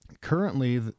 currently